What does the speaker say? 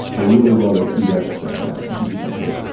i really love it. you guys should check it out. i think you'd like it